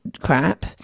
crap